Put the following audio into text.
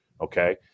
okay